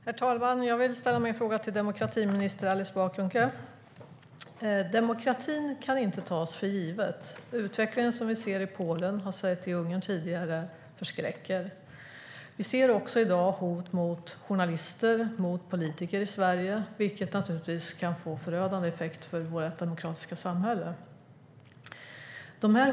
Herr talman! Jag vill ställa min fråga till demokratiminister Alice Bah Kuhnke. Demokratin kan inte tas för given. Den utveckling vi ser i Polen och tidigare har sett i Ungern förskräcker. Vi ser i dag också hot mot journalister och politiker i Sverige, vilket naturligtvis kan få en förödande effekt för vårt demokratiska samhälle.